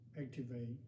activate